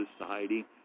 society